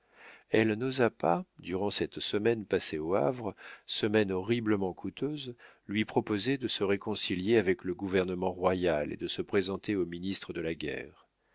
elle n'osa pas durant cette semaine passée au havre semaine horriblement coûteuse lui proposer de se réconcilier avec le gouvernement royal et de se présenter au ministre de la guerre